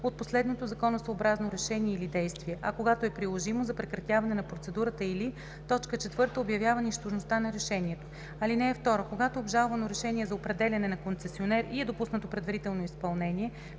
от последното законосъобразно решение или действие, а когато е приложимо – за прекратяване на процедурата, или 4. обявява нищожността на решението. (2) Когато е обжалвано решение за определяне на концесионер и е допуснато предварително изпълнение,